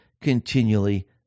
continually